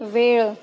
वेळ